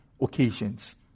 occasions